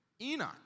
Enoch